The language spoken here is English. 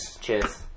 Cheers